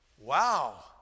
Wow